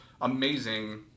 amazing